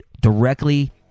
directly